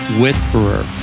whisperer